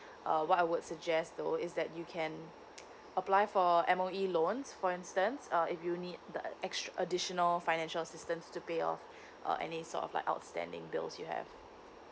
uh what I would suggest though is that you can apply for M_O_E loans for instance uh if you need ex~ additional financial assistance to pay off uh any sort of like outstanding bills you have